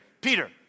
Peter